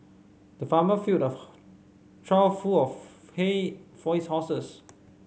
the farmer filled a trough full of hay for his horses